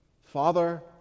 Father